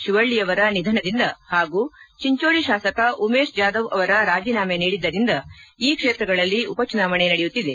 ಶಿವಳ್ಳಿಯವರ ನಿಧನದಿಂದ ಹಾಗೂ ಚಿಂಚೋಳಿ ಶಾಸಕ ಉಮೇಶ್ ಜಾಧವ್ ಅವರ ರಾಜಿನಾಮೆ ನೀಡಿದ್ದರಿಂದ ಈ ಕ್ಷೇತ್ರಗಳಲ್ಲಿ ಉಪಚುನಾವಣೆ ನಡೆಯುತ್ತಿದೆ